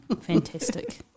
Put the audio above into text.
fantastic